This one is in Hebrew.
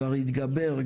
כבר התגבר,